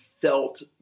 felt